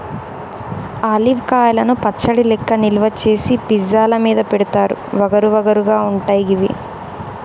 olive కాయలను పచ్చడి లెక్క నిల్వ చేసి పిజ్జా ల మీద పెడుతారు వగరు వగరు గా ఉంటయి గివి